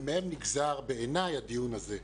ומהם נגזר בעיניי הדיון הזה.